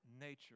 nature